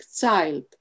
child